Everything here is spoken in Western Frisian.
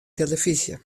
telefyzje